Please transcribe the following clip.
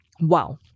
wow